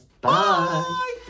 Bye